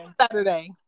Saturday